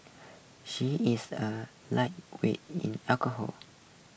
she is a lightweight in alcohol